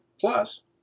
Plus